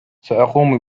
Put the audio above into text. سأقوم